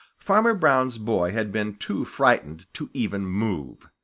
farmer brown's boy had been too frightened to even move.